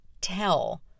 tell